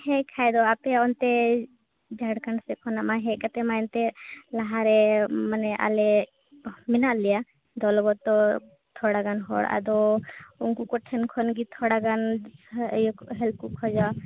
ᱦᱮᱸ ᱵᱟᱠᱷᱟᱡ ᱫᱚ ᱟᱯᱮ ᱚᱱᱛᱮ ᱡᱷᱟᱲᱠᱷᱚᱸᱰ ᱥᱮᱡ ᱠᱷᱚᱱᱟᱜᱼᱢᱟ ᱦᱮᱡ ᱠᱟᱛᱮᱼᱢᱟ ᱮᱱᱛᱮ ᱞᱟᱦᱟᱨᱮ ᱢᱟᱱᱮ ᱟᱞᱮ ᱢᱮᱱᱟᱜ ᱞᱮᱭᱟ ᱫᱚᱞᱚ ᱜᱚᱛᱚ ᱛᱷᱚᱲᱟ ᱜᱟᱱ ᱦᱚᱲ ᱟᱫᱚ ᱩᱱᱠᱩ ᱠᱚᱴᱷᱮᱱ ᱠᱷᱚᱱᱜᱮ ᱛᱷᱟᱚᱲᱟ ᱜᱟᱱ ᱤᱭᱟᱹ ᱦᱮᱞᱯ ᱠᱚ ᱠᱷᱚᱡᱚᱜᱼᱟ